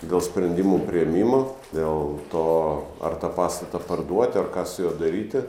dėl sprendimų priėmimo dėl to ar tą pastatą parduoti ar ką su juo daryti